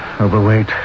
Overweight